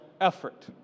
effort